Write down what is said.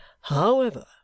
However